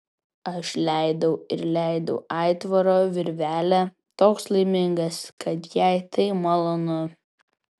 aš leidau ir leidau aitvaro virvelę toks laimingas kad jai tai malonu